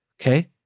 okay